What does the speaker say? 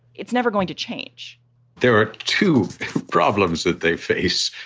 it's never going to change there are two problems that they face.